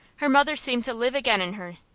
her mother seemed to live again in her.